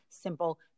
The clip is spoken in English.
Simple